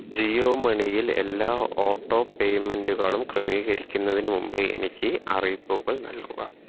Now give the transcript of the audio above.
ജിയോ മണിയിൽ എല്ലാ ഓട്ടോ പേയ്മെൻ്റുകളും ക്രമീകരിക്കുന്നതിന് മുമ്പേ എനിക്ക് അറിയിപ്പുകൾ നൽകുക